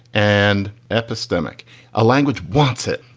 and epistemic a language. what's it?